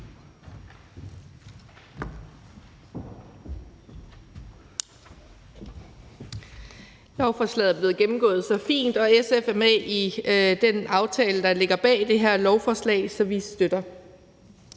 Lovforslaget er blevet gennemgået så fint, og SF er med i den aftale, der ligger bag det her lovforslag, så vi støtter